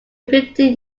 fifteen